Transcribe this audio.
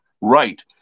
right